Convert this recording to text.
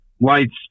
lights